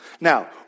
Now